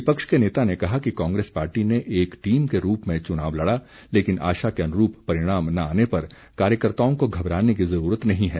विपक्ष के नेता ने कहा कि कांग्रेस पार्टी ने एक टीम के रूप में चुनाव लड़ा लेकिन आशा के अनुरूप परिणाम न आने पर कार्यकर्ताओं को घबराने की ज़रूरत नहीं है